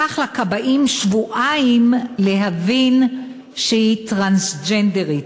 לקח לכבאים שבועיים להבין שהיא טרנסג'נדרית.